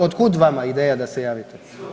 Od kud vama ideja da se javite?